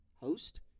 host